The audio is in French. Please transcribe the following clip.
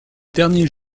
dernier